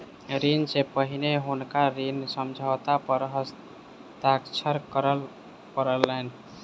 ऋण सॅ पहिने हुनका ऋण समझौता पर हस्ताक्षर करअ पड़लैन